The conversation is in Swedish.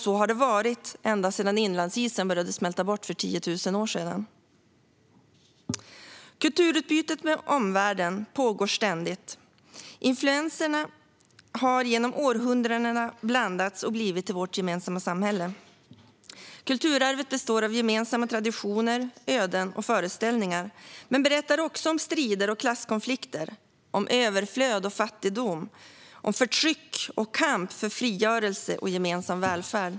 Så har det varit ända sedan inlandsisen började smälta bort för 10 000 år sedan. Kulturutbytet med omvärlden pågår ständigt. Influenserna har genom århundradena blandats och blivit till vårt gemensamma samhälle. Kulturarvet består av gemensamma traditioner, öden och föreställningar men berättar också om strider och klasskonflikter, överflöd och fattigdom, förtryck och kamp för frigörelse och gemensam välfärd.